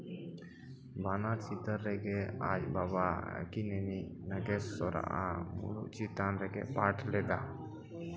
ᱵᱟᱱᱟᱨ ᱪᱤᱛᱟᱹᱨ ᱨᱮᱜᱮ ᱟᱡ ᱵᱟᱵᱟᱣᱟᱜ ᱟᱹᱠᱤᱱᱤᱡ ᱱᱟᱜᱮᱥᱥᱚᱨᱟᱜ ᱪᱮᱛᱟᱱ ᱨᱮᱜᱮ ᱯᱟᱨᱴ ᱞᱮᱫᱟ